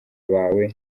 bawe